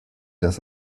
das